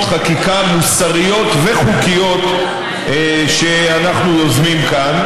חקיקה מוסריות וחוקיות שאנחנו יוזמים כאן.